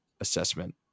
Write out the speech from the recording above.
assessment